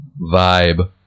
vibe